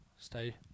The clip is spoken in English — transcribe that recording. Stay